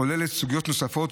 הכולל סוגיות נוספות,